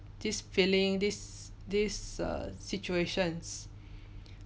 this uh this feeling this this err situations